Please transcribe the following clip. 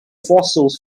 fossils